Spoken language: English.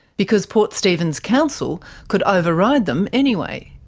because port stephens council could override them anyway.